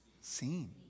seen